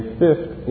fifth